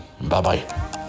Bye-bye